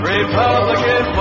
Republican